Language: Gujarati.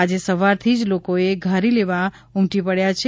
આજે સવારથી જ લોકોએ ઘારી લેવા ઉમટી પડ્યા છે